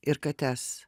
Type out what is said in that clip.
ir kates